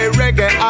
reggae